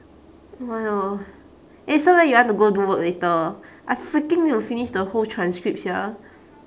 eh so where you want to go do work later I freaking need to finish the whole transcript sia